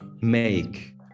make